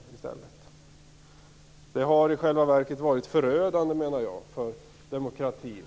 Det svenska EU-medlemskapet har i själva verket varit förödande för demokratin.